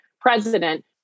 president